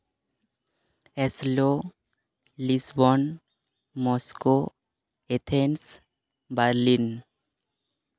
Oslo Lisbon Moscow Athens Berlin